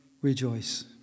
rejoice